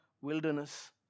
wilderness